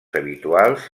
habituals